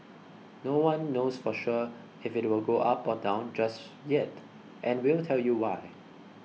no one knows for sure if it will go up or down just yet and we'll tell you why